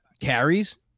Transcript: carries